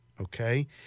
okay